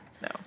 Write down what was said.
no